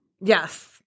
Yes